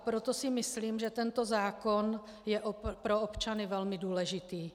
Proto si myslím, že tento zákon je pro občany velmi důležitý.